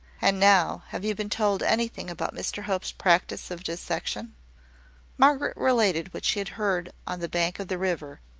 and now, have you been told anything about mr hope's practice of dissection? margaret related what she had heard on the bank of the river,